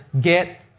get